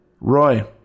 Roy